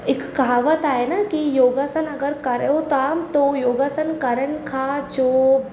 हिकु कहावत आहे न की योगासन अगरि करियो था तो योगासन करण खां जो